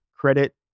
credit